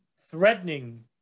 threatening